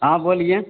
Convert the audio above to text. हाँ बोलिए